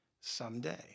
someday